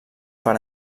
per